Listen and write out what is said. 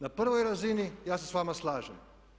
Na prvoj razini ja se s vama slažem.